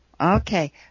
Okay